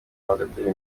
bagatera